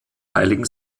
heiligen